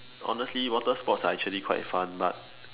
honestly water sports are actually quite fun but